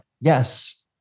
Yes